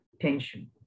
tension